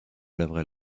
laverai